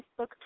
Facebook